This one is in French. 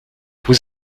vous